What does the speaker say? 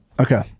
Okay